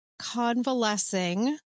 convalescing